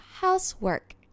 housework